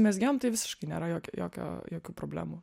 mezgėjom tai visiškai nėra jokio jokio jokių problemų